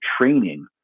training